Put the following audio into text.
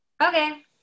Okay